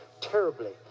terribly